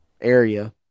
area